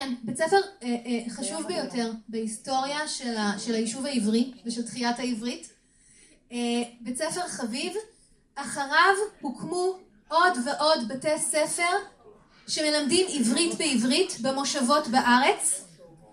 ‫בבית ספר חשוב ביותר בהיסטוריה ‫של ה... של היישוב העברי ושל תחיית העברית, אה... ‫בית ספר חביב, אחריו הוקמו ‫עוד ועוד בתי ספר ‫שמלמדים עברית בעברית ‫במושבות בארץ,